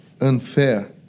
unfair